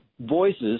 voices